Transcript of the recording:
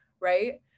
right